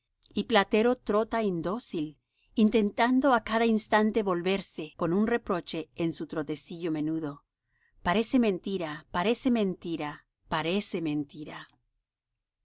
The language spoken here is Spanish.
y platero trota indócil intentando á cada instante volverse con un reproche en su trotecillo menudo parece mentira parece mentira parece mentira